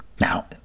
Now